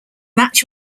match